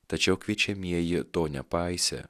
tačiau kviečiamieji to nepaisė